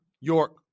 York